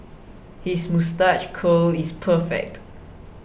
his moustache curl is perfect